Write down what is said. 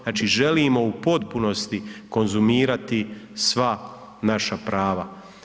Znači želimo u potpunosti konzumirati sva naša prava.